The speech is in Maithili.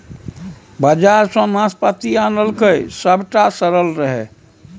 बजार सँ नाशपाती आनलकै सभटा सरल रहय